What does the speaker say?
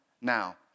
now